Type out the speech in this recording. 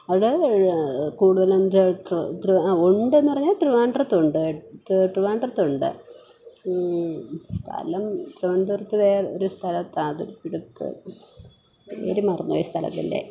അവിടെ കൂടുതലും ഉണ്ടെന്ന് പറഞ്ഞാൽ ട്രിവാൻഡ്രത്ത് ഉണ്ട് ട്രിവാൻഡ്രത്ത് ഉണ്ട് സ്ഥലം തിരുവനന്തപുരത്ത് ഒരു സ്ഥലത്താണ് അത് ഇടുക്ക് പേര് മറന്നു പോയി സ്ഥലത്തിൻ്റെ